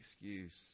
excuse